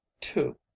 two